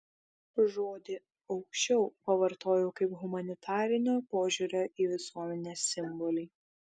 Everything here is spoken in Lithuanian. žodį aukščiau pavartojau kaip humanitarinio požiūrio į visuomenę simbolį